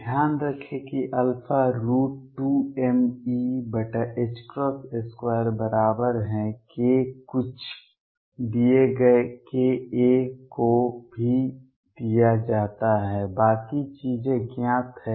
ध्यान रखें कि α 2mE2 बराबर है k कुछ दिए गए k a को भी दिया जाता है बाकी चीजें ज्ञात हैं